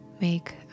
make